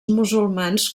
musulmans